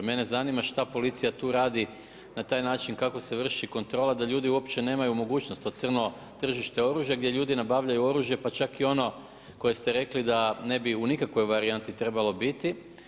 Mene zanima šta policija tu radi na taj način kako se vrši kontrola da ljudi uopće nemaju mogućnost to crno tržište gdje ljudi nabavljaju oružje pa čak i ono koje ste rekli da ne bi u nikakvoj varijanti trebalo biti.